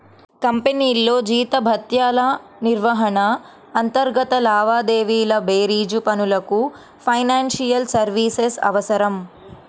కంపెనీల్లో జీతభత్యాల నిర్వహణ, అంతర్గత లావాదేవీల బేరీజు పనులకు ఫైనాన్షియల్ సర్వీసెస్ అవసరం